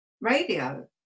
radio